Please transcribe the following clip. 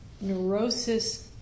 Neurosis